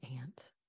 aunt